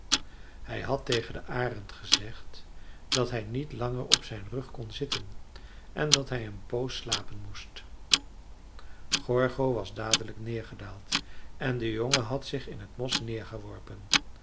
hij had tegen den arend gezegd dat hij niet langer op zijn rug kon zitten en dat hij een poos slapen moest gorgo was dadelijk neergedaald en de jongen had zich in t mos